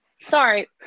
sorry